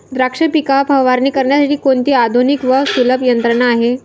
द्राक्ष पिकावर फवारणी करण्यासाठी कोणती आधुनिक व सुलभ यंत्रणा आहे?